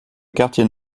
quartiers